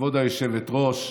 כבוד היושבת-ראש,